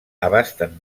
abasten